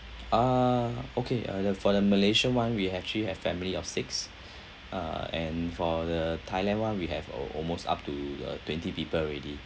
uh okay uh the for the malaysia [one] we actually have have family of six uh and for the thailand [one] we have al~ almost up to uh twenty people already